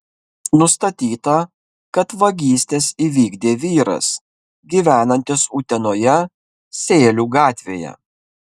nustatyta kad vagystes įvykdė vyras gyvenantis utenoje sėlių gatvėje